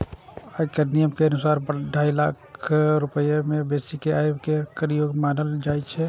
आयकर नियम के अनुसार, ढाई लाख रुपैया सं बेसी के आय कें कर योग्य मानल जाइ छै